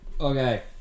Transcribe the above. okay